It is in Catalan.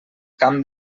camp